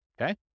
okay